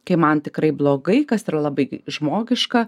kai man tikrai blogai kas yra labai žmogiška